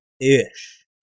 ish